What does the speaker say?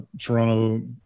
Toronto